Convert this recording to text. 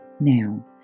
Now